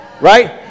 right